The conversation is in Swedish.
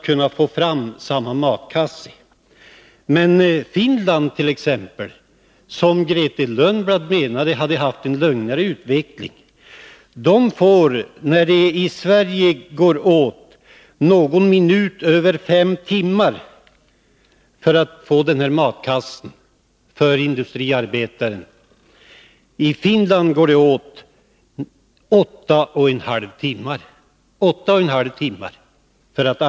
Men i Finland, där Grethe Lundblad menade att utvecklingen hade varit lugnare, krävs det 8,5 timmars arbete för att kunna köpa denna matkasse, medan det tar 5 timmar och någon minut hos oss.